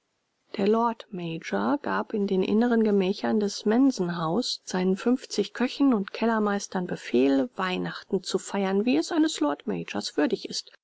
der lord mayor gab in den innern gemächern des mansion house seinen fünfzig köchen und kellermeistern befehl weihnachten zu feiern wie es eines lord mayors würdig ist